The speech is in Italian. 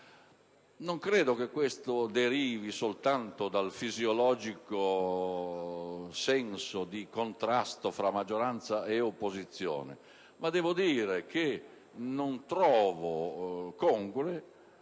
Non credo che ciò derivi soltanto dal fisiologico senso di contrasto tra maggioranza e opposizione, ma devo dire che non trovo congrue,